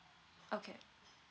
okay